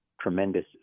tremendous